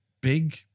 big